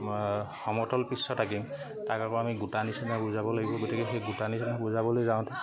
সমতল পৃষ্ঠত আঁকিম তাক আকৌ আমি গোটা নিচিনা বুজাব লাগিব গতিকে সেই গোটা নিচিনা বুজাবলৈ যাওঁতে